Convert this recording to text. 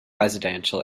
residential